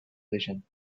vision